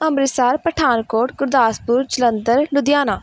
Amritsar Pathankot Gurdaspur Jalandhar Ludhiana